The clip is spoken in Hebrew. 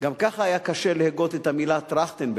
גם כך היה קשה להגות את המלה "טרכטנברג",